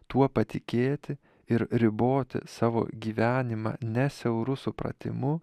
tuo patikėti ir riboti savo gyvenimą ne siauru supratimu